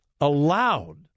allowed